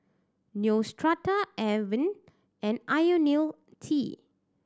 Neostrata Avene and Ionil T